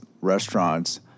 restaurants